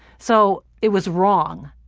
so it was wrong.